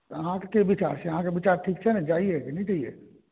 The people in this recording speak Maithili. तऽ अहाँके की विचार से आहाँके विचार ठीक छै ने जैयै कि नहि जैयै